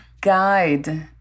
guide